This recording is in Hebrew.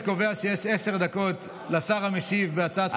קובע שיש עשר דקות לשר המשיב בהצעת חוק טרומית.